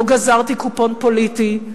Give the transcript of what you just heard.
לא גזרתי קופון פוליטי,